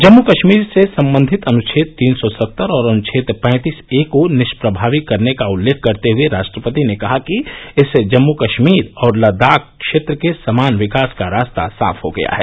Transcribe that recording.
जम्मू कश्मीर से संबंधित अनुच्छेद तीन सौ सत्तर और अनुच्छेद पैंतीस ए को निष्प्रभावी करने का उल्लेख करते हुए राष्ट्रपति ने कहा कि इससे जम्मू कश्मीर और लद्दाख क्षेत्र के समान विकास का रास्ता साफ हो गया है